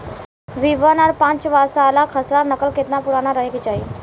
B one और पांचसाला खसरा नकल केतना पुरान रहे के चाहीं?